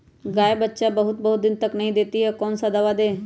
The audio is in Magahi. गाय बच्चा बहुत बहुत दिन तक नहीं देती कौन सा दवा दे?